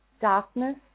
darkness